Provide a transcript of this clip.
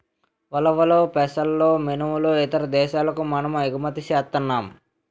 ఉలవలు పెసలు మినుములు ఇతర దేశాలకు మనము ఎగుమతి సేస్తన్నాం